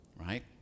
right